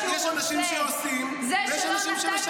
יש אנשים שעושים, ויש אנשים שמשקרים.